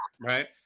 right